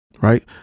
Right